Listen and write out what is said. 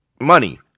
money